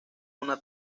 una